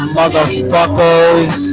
motherfuckers